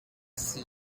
sea